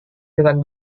dengan